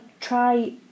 try